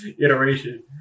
iteration